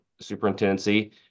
superintendency